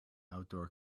outdoor